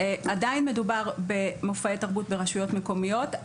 עדיי מדובר במופעי תרבות ברשויות מקומיות.